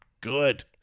good